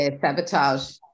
Sabotage